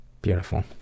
Beautiful